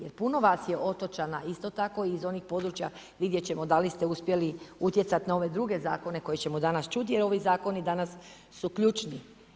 Jer puno vas je otočana isto tako iz onih područja vidjeti ćemo da li ste uspjeli utjecati na ove druge zakone koje ćemo danas čuti jer ovi zakoni danas su ključni.